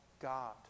God